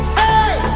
hey